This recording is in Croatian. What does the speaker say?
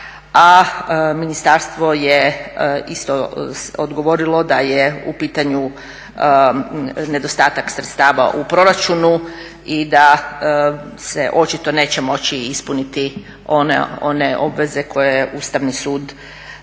a ministarstvo je isto odgovorilo da je u pitanju nedostatak sredstava u proračunu i da se očito neće moći ispuniti one obveze koje je Ustavni sud naveo, a